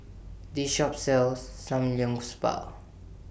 This Shop sells